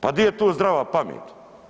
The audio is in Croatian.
Pa di je tu zdrava pamet?